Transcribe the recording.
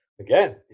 Again